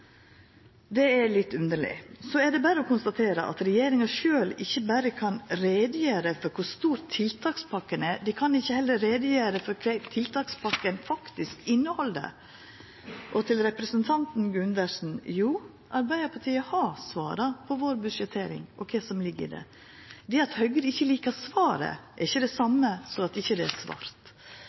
Det er litt underleg. Så er det berre å konstatera at ikkje berre kan regjeringa sjølv ikkje gjera greie for kor stor tiltakspakka er – dei kan heller ikkje gjera greie for kva tiltakspakka faktisk inneheld. Til representanten Gundersen: Jo, Arbeidarpartiet har svart på vår budsjettering, på kva som ligg i det. Det at Høgre ikkje liker svaret, er ikkje det same som at det ikkje er svart.